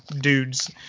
dudes